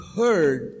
heard